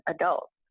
adults